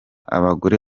abagore